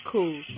Cool